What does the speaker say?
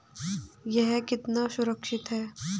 यह कितना सुरक्षित है?